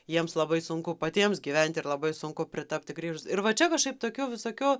jiems labai sunku patiems gyvent ir labai sunku pritapti grįžus ir va čia kažkaip tokių visokių